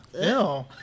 Ew